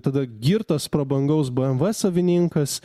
tada girtas prabangaus bmw savininkas